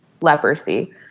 leprosy